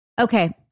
Okay